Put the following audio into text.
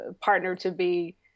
partner-to-be